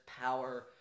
power